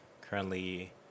currently